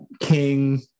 king